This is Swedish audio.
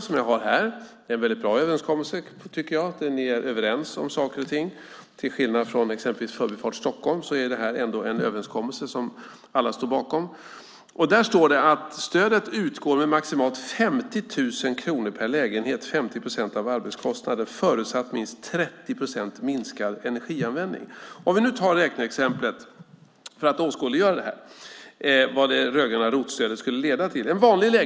Det är en väldigt bra överenskommelse, tycker jag. Man är där överens om saker och ting. Till skillnad från exempelvis Förbifart Stockholm är det en överenskommelse som alla står bakom. Där står att stödet utgår med maximalt 50 000 kronor per lägenhet och 50 procent av arbetskostnaden, förutsatt minst 30 procents minskad energianvändning. Låt oss för att åskådliggöra vad det rödgröna ROT-stödet skulle leda till ta ett räkneexempel.